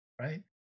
right